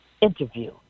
interview